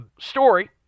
story